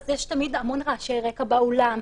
יש תמיד המון רעשי רקע באולם,